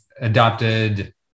adopted